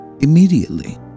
immediately